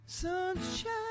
Sunshine